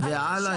עלאא?